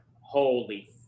Holy